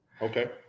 Okay